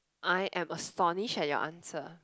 I am astonished at your answer